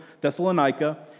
Thessalonica